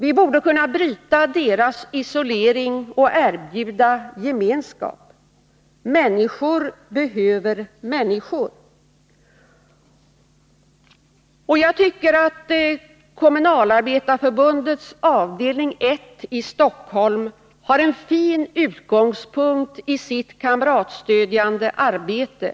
Vi borde kunna bryta deras isolering och erbjuda gemenskap. Människor behöver människor. Jag tycker att Kommunalarbetareförbundets avdelning 1 i Stockholm har en fin utgångspunkt i sitt kamratstödjande arbete.